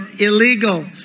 illegal